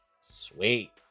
Sweet